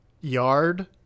yard